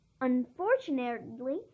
Unfortunately